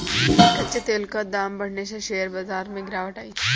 कच्चे तेल का दाम बढ़ने से शेयर बाजार में गिरावट आई